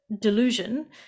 delusion